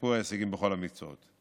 לשיפור ההישגים בכל המקצועות.